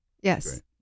Yes